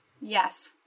Yes